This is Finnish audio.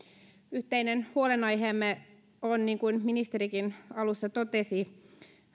yhteinen huolenaiheemme on niin kuin ministerikin alussa totesi